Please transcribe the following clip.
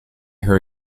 her